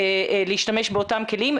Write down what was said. להשתמש באותם כלים,